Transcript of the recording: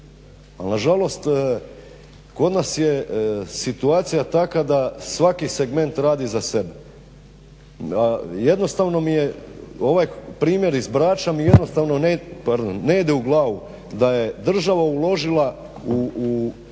nažalost kod nas je situacija takva da svaki segment radi za sebe. Jednostavno mi je ovaj primjer iz Brača, mi jednostavno ne ide u glavu, da je država uložila u sredstva